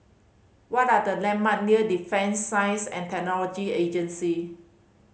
what are the landmark near Defence Science And Technology Agency